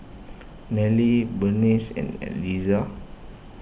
Nelie Burnice and Elizah